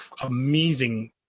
amazing